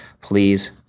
Please